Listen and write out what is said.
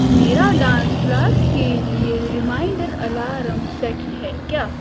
میرا dance class کے لیے ریمائنڈر الارم سیٹ ہے کیا